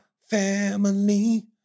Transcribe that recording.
family